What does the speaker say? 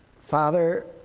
Father